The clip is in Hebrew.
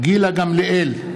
גילה גמליאל,